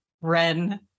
Ren